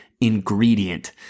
ingredient